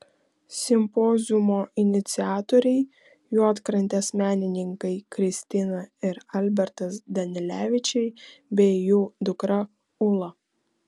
simpoziumo iniciatoriai juodkrantės menininkai kristina ir albertas danilevičiai bei jų dukra ula